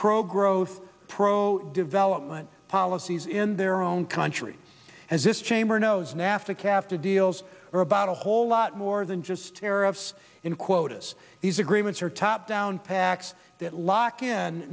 pro growth pro development policies in their own country as this chamber knows nafta cap to deals are about a whole lot more than just tariffs and quotas these agreements are top down pacts that lock in